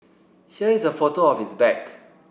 here is a photo of his bag